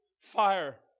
fire